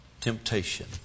temptation